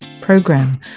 program